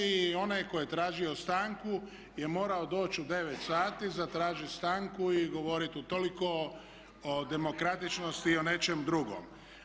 I onaj tko je tražio stanku je morao doći u 9 sati, zatražit stanku i govorit, toliko o demokratičnosti i o nečem drugom.